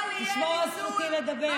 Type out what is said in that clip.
בל יהיה ניצול, " תשמור על זכותי לדבר.